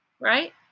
right